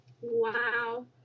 Wow